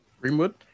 Greenwood